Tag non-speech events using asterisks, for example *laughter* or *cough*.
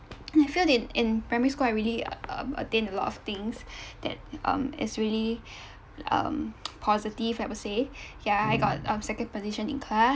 and I feel in in primary school I really a~ a~attained a lot of things that um is really um *noise* positive I would say yeah I got a second position in class